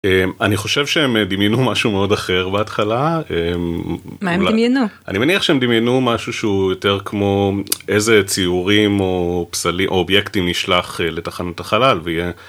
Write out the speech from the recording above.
אני חושב שהם דמיינו משהו מאוד אחר בהתחלה. מה הם דמיינו? אני מניח שהם דמיינו משהו שהוא יותר כמו איזה ציורים או פסלים או אובייקטים נשלח לתחנות החלל.